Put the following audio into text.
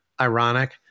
ironic